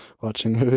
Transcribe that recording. watching